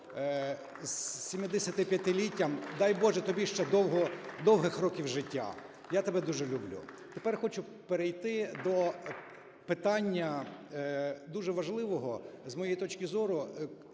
з 75-літтям! Дай Боже, тобі ще довгих років життя! Я тебе дуже люблю! Тепер хочу перейти до питання дуже важливого, з моєї точки зору,